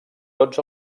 tots